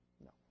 No